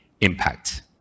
impact